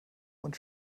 und